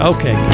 Okay